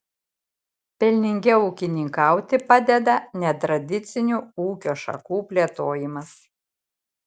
pelningiau ūkininkauti padeda netradicinių ūkio šakų plėtojimas